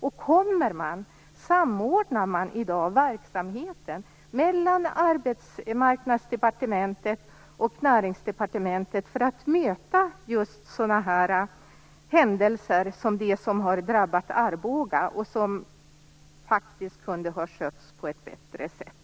Samordnar man i dag verksamheten mellan Arbetsmarknadsdepartementet och Näringsdepartementet för att möta just sådana händelser som har drabbat Arboga och som faktiskt kunde ha skötts på ett bättre sätt?